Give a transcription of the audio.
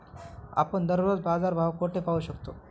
आपण दररोजचे बाजारभाव कोठे पाहू शकतो?